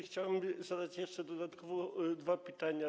Chciałem zadać jeszcze dodatkowo dwa pytania.